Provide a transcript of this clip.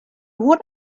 would